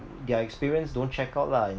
their experience don't check out lah